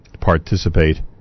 participate